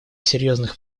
серьезных